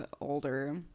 older